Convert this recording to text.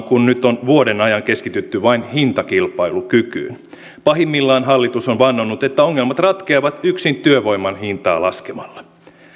kun nyt on vuoden ajan keskitytty vain hintakilpailukykyyn pahimmillaan hallitus on vannonut että ongelmat ratkeavat yksin työvoiman hintaa laskemalla